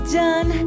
done